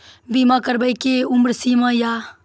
बीमा करबे के कि उम्र सीमा या?